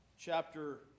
chapter